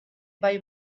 bai